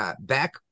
back